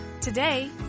Today